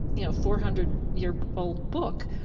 you know, four hundred year old book,